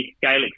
gaelic